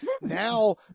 now